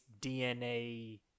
DNA